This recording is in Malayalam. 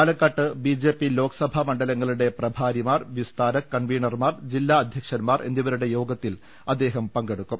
പാലക്കാട്ട് ലോക്സഭാ മണ്ഡലങ്ങളുടെ പ്രഭാരിമാർ വിസ്താരക് ബിജെപി കൺവീനർമാർ ജില്ലാ അധ്യക്ഷൻമാർ എന്നിവരുടെ യോഗത്തിൽ അദ്ദേഹം പങ്കെടുക്കും